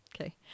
Okay